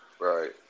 right